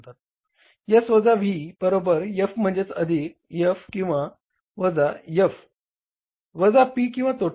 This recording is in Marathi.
S वजा V बरोबर F म्हणजेच अधिक F किंवा वजा F वजा P किंवा तोटा